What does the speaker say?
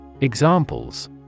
Examples